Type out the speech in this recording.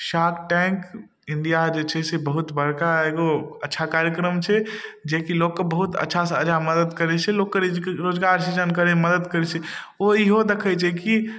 shark tank India जे छै से बहुत बड़का एगो अच्छा कार्यक्रम छै जेकी लोकके बहुत अच्छा सँ अच्छा मदद करय छै लोकके रोजगार सृजन करयमे मदद करय छै ओ ईहो दखय छै की